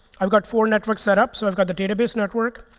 i've got four networks set up. so i've got the database network.